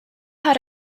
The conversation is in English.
had